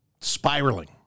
spiraling